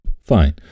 Fine